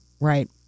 Right